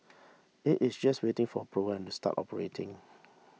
it is just waiting for approval to start operating